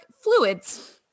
fluids